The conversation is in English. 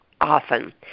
often